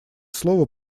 слово